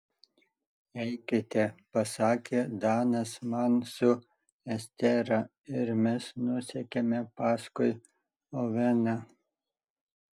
eikite pasakė danas man su estera ir mes nusekėme paskui oveną